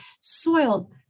soiled